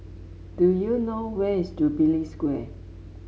do you know where is Jubilee Square